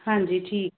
ਹਾਂਜੀ ਠੀਕ ਹੈ